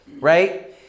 right